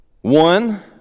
One